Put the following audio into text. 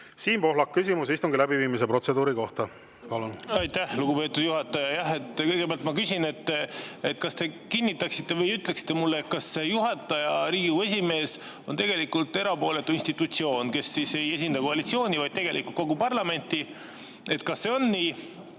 Siim Pohlak, küsimus istungi läbiviimise protseduuri kohta. Aitäh, lugupeetud juhataja! Kõigepealt ma küsin: kas te kinnitaksite või ütleksite mulle, kas juhataja, Riigikogu esimees, on erapooletu institutsioon, kes ei esinda koalitsiooni, vaid esindab kogu parlamenti? Kas see on nii?